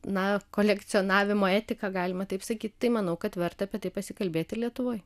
na kolekcionavimo etiką galima taip sakyt tai manau kad verta apie tai pasikalbėti lietuvoj